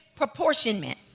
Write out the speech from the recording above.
proportionment